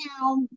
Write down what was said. now